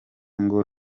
ngo